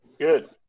good